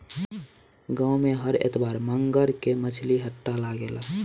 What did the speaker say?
गाँव में हर इतवार मंगर के मछली हट्टा लागेला